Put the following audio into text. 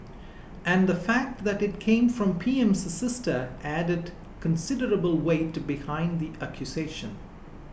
and the fact that it came from P M's sister added considerable weight behind the accusation